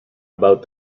about